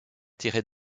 tirer